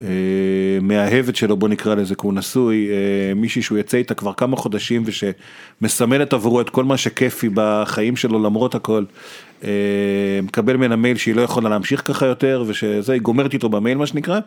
מאהבת שלו בוא נקרא לזה כי הוא נשוי מישהו שהוא יצא איתה כבר כמה חודשים ושמסמלת עבורו את כל מה שכייפי בחיים שלו למרות הכל. מקבל ממנה מייל שהיא לא יכולה להמשיך ככה יותר ושזה היא גומרת איתו במייל מה שנקרא.